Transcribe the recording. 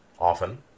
often